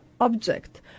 object